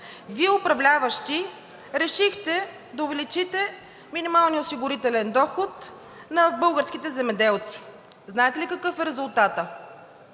Вие управляващи, решихте да увеличите минималния осигурителен доход на българските земеделци. Знаете ли какъв е резултатът?